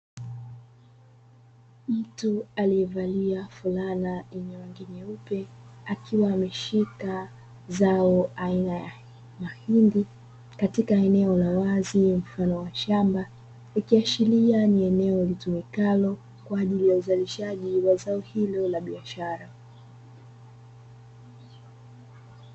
Mtu aliyevalia flana ya rangi nyeupe, akiwa ameshika zao aina ya mahindi katika eneo la wazi mfano wa shamba. Ikiashiria kuwa ni eneo litumikalo kwa ajili uzalishaji wa zao hilo la biashara.